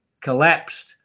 collapsed